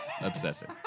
Obsessive